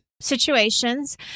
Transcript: situations